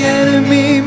enemy